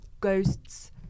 ghosts